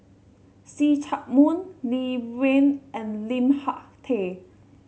See Chak Mun Lee Wen and Lim Hak Tai